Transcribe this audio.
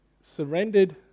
surrendered